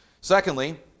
Secondly